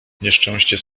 nieszczęście